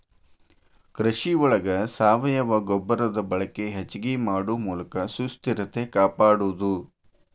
ಕೃಷಿ ಒಳಗ ಸಾವಯುವ ಗೊಬ್ಬರದ ಬಳಕೆ ಹೆಚಗಿ ಮಾಡು ಮೂಲಕ ಸುಸ್ಥಿರತೆ ಕಾಪಾಡುದು